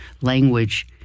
language